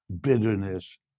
bitterness